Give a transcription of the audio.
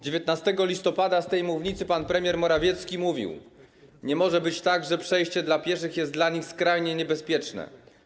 19 listopada z tej mównicy pan premier Morawiecki mówił: Nie może być tak, że przejście dla pieszych jest dla nich skrajnie niebezpieczne.